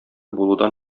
булудан